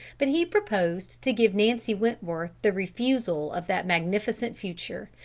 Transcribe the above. but he proposed to give nancy wentworth the refusal of that magnificent future,